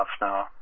now